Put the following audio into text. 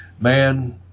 man